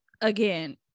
again